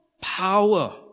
power